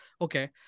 Okay